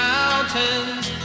Mountains